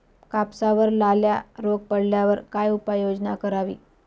कापसावर लाल्या रोग पडल्यावर काय उपाययोजना करावी?